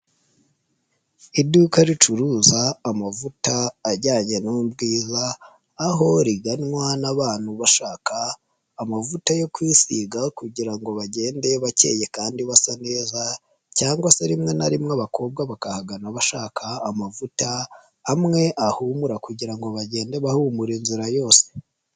Iduka ricuruza amavuta ajyanye n'ubwiza aho riganwa n'abantu bashaka amavuta yo kwisiga kugira ngo bagende bakeye kandi basa neza cyangwa se rimwe na rimwe abakobwa bakahagana bashaka amavuta amwe ahumura kugira ngo bagende bahumura inzira yose.